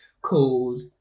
called